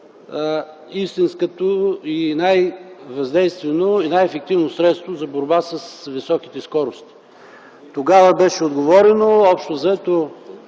най-истинското, най-въздействащо и ефективно средство за борба с високите скорости. Тогава беше отговорено общо взето: